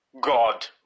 God